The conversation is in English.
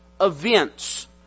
events